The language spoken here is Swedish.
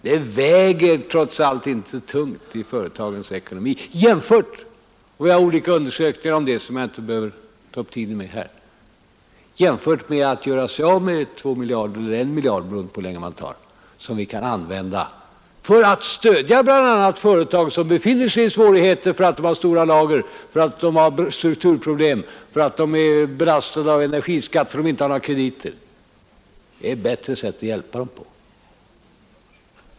Det väger trots allt inte så tungt i företagens ekonomi jämfört med — det har gjorts olika undersökningar som jag inte behöver ta upp tiden med här — två miljarder eller en miljard, beroende på hur länge det gäller. Det är pengar som vi kan använda för att stödja bl.a. företag som befinner sig i svårigheter för att de har stora lager, för att de har strukturproblem, för att de är belastade av energiskatt, för att de inte har några krediter. Det är ett bättre sätt att hjälpa dem.